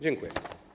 Dziękuję.